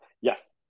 Yes